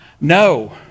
no